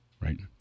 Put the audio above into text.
Right